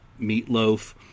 meatloaf